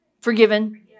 forgiven